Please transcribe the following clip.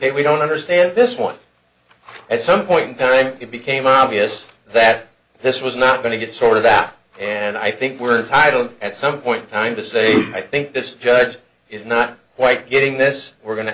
vegetate we don't understand this one at some point in time it became obvious that this was not going to get sort of that and i think we're entitled at some point in time to say i think this judge is not quite getting this we're going to